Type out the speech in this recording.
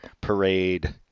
parade